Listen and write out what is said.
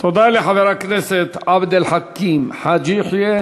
תודה לחבר הכנסת עבד אל חכים חאג' יחיא.